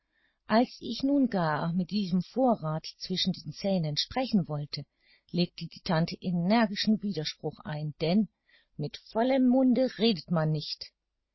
als ich nun gar mit diesem vorrath zwischen den zähnen sprechen wollte legte die tante energischen widerspruch ein denn mit vollem munde redet man nicht